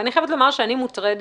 אני חייבת לומר שאני מוטרדת